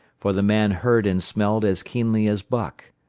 for the man heard and smelled as keenly as buck.